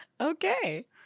Okay